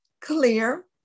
clear